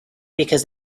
because